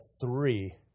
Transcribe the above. three